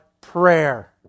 prayer